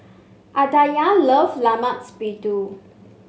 Aditya loves Lemak Siput